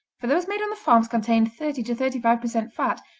for those made on the farms contain thirty to thirty five percent fat,